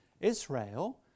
Israel